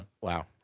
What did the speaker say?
Wow